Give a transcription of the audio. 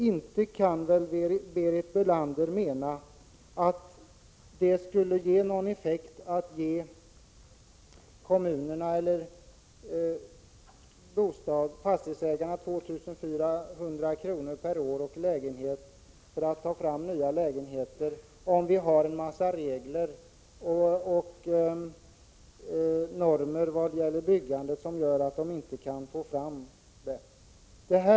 Inte kan väl Berit Bölander mena att ett bidrag via kommunerna till fastighetsägarna om 2 400 kr. per år och lägenhet för framtagande av nya lägenheter skulle ge någon effekt när det är en mängd regler och normer för byggandet det är fel på? Det är ju på grund därav man inte får fram lägenheterna.